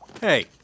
Hey